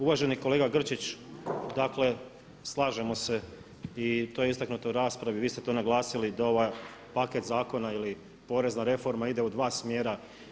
Uvaženi kolega Grčić dakle, slažemo se i to je istaknuto u raspravi i vi ste to naglasili da ovaj paket zakona ili porezna reforma ide u dva smjera.